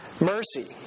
mercy